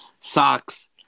socks